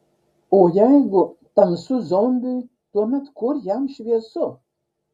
o jeigu tamsu zombiui tuomet kur jam šviesu